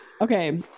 Okay